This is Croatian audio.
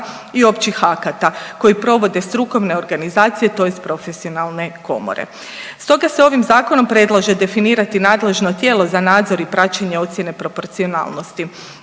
i općih akata koji provode strukovne organizacije, tj. profesionalne komore. Stoga se ovim zakonom predlaže definirati nadležno tijelo za nadzor i praćenje ocjene proporcionalnosti.